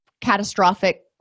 catastrophic